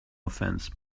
offense